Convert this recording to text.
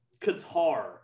Qatar